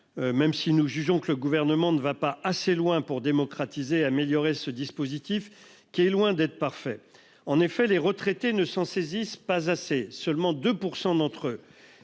même si nous jugeons que le Gouvernement ne va pas assez loin pour démocratiser et améliorer ce dispositif qui est loin d'être parfait. En effet, les retraités ne s'en saisissent pas assez puisque seulement 2 % d'entre eux